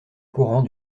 courant